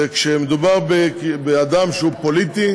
וכשמדובר באדם שהוא פוליטי